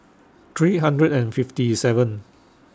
three hundred and fifty seven